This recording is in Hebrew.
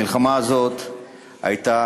המלחמה הזאת הייתה